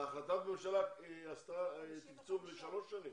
החלטת הממשלה עשתה תקצוב לשלוש שנים?